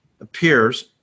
appears